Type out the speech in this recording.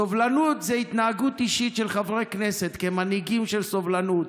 סובלנות היא התנהגות אישית של חברי כנסת כמנהיגים של סובלנות,